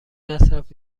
مصرف